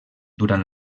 durant